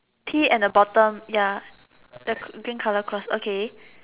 T at the bottom ya the green colour cross okay